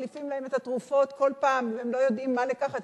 מחליפים להם את התרופות כל פעם והם לא יודעים מה לקחת,